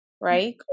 Right